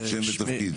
שם ותפקיד.